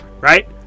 right